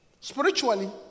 spiritually